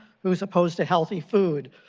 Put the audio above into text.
who supposed to healthy food,